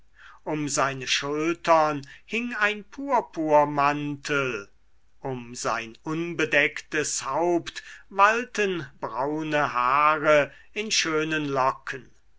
um seine schultern hing ein purpurmantel um sein unbedecktes haupt wallten braune haare in schönen locken